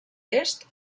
est